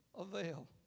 avail